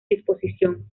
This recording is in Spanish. disposición